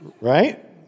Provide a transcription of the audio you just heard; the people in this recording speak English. Right